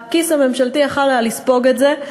הכיס הממשלתי יכול היה לספוג את זה,